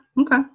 Okay